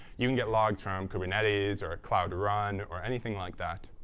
you can get logs from kubernetes or cloud run or anything like that.